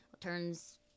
Turns